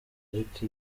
ariko